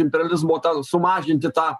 imperializmo tą sumažinti tą